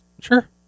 Sure